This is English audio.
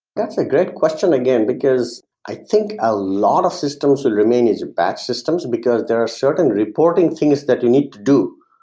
that's a great question again because i think a lot of systems will remain as batch systems and because there are certain reporting things that you need to do.